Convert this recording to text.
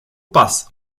pas